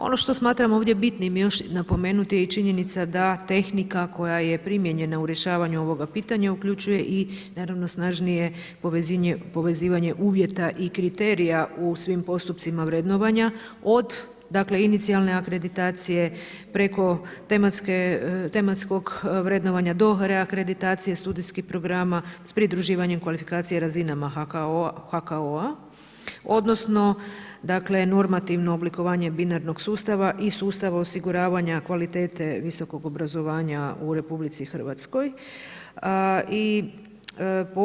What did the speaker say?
Ono što smatram ovdje bitnim još napomenuti je i činjenica da tehnika koja je primijenjena u rješavanju ovoga pitanja uključuje i naravno snažnije povezivanje uvjeta i kriterija u svim postupcima vrednovanja od dakle inicijalne akreditacije preko tematskog vrednovanja do reakreditacije studijskih programa s pridruživanjem kvalifikacije razinama HKO-a odnosno dakle normativno oblikovanje binarnog sustava i sustava osiguravanja kvalitete visokog obrazovanja u Republici Hrvatskoj.